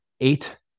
eight